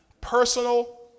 Personal